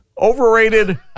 Overrated